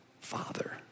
father